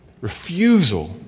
refusal